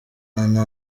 nta